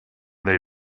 they